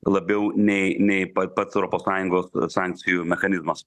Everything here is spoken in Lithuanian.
labiau nei nei pa pats europos sąjungos sankcijų mechanizmas